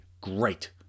Great